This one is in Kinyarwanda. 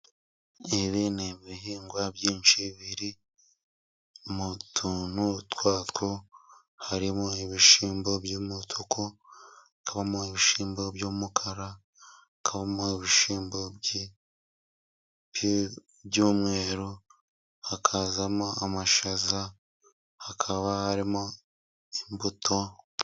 Ibi ni ibihingwa byinshi biri mu tuntu twatwo，harimo ibishyimbo by'umutuk， kabamo ibishimbo by'umukara， kamo ibishyimbo by'umweru，hakazamo amashaza，hakaba harimo imbuto.